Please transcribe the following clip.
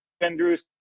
Andrew's